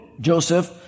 Joseph